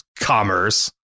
commerce